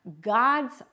God's